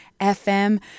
FM